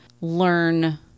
learn